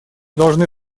должны